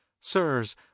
Sirs